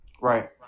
Right